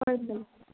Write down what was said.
ꯍꯣꯏ ꯃꯦꯗꯥꯝ